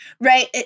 right